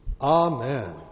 Amen